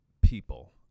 people